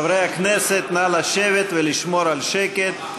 חברי הכנסת, נא לשבת ולשמור על שקט.